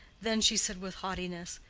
then she said with haughtiness,